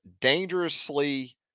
dangerously